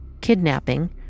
kidnapping